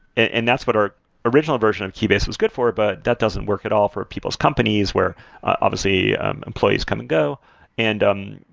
and that's what our original version of keybase is good for, but that doesn't work at all for people's companies where obviously employees come and go. and um